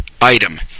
item